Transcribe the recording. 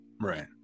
Right